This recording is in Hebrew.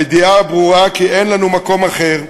הידיעה הברורה שאין לנו מקום אחר,